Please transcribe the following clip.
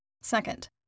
Second